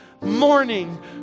morning